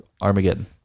Armageddon